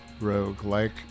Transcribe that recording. rogue-like